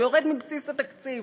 הוא יורד מבסיס התקציב.